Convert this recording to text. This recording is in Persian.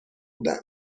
بودند